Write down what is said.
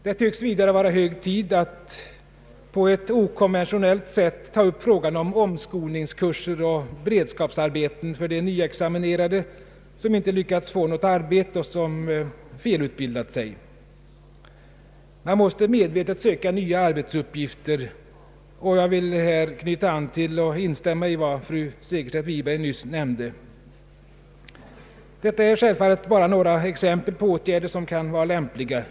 Det tycks vidare vara hög tid att på ett okonventionellt sätt ta upp frågan om omskolningskurser och beredskapsarbeten för de nyexaminerade som inte lyckats få något arbete och som felutbildat sig. Man måste medvetet söka nya arbetsuppgifter. Jag vill här knyta an till och instämma i vad fru Segerstedt Wiberg nyss nämnde. Detta är självfallet bara några exempel på åtgärder som kan vara lämpliga.